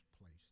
place